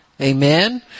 Amen